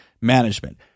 management